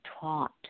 taught